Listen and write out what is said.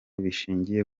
bishingiye